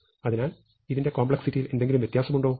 അതിനാൽ ഇതിന്റെ കോംപ്ലക്സിറ്റിയിൽ എന്തെങ്കിലും വ്യത്യാസമുണ്ടോ